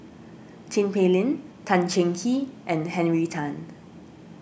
Tin Pei Ling Tan Cheng Kee and Henry Tan